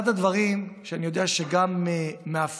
אחד הדברים שאני יודע שם מאפיינים